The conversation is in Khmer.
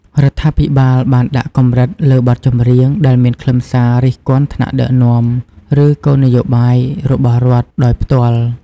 រដ្ឋាភិបាលបានដាក់កម្រិតលើបទចម្រៀងដែលមានខ្លឹមសារ រិះគន់ថ្នាក់ដឹកនាំ ឬគោលនយោបាយរបស់រដ្ឋ ដោយផ្ទាល់។